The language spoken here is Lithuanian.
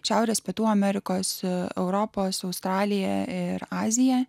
šiaurės pietų amerikose europoje australijoje ir aziją